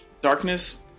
darkness